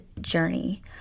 journey